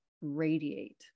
radiate